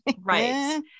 right